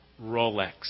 Rolex